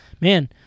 man